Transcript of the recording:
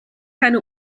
keine